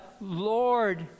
Lord